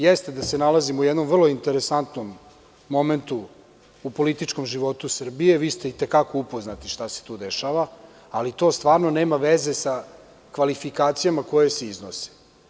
Jeste da se nalazimo u jednom vrlo interesantnom momentu u političkom životu Srbije, vi ste i te kako upoznati sa time šta se tu dešava, ali to stvarno nema veze sa kvalifikacijama koje se iznose.